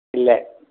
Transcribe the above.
இல்லை